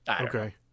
okay